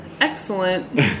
Excellent